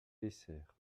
essert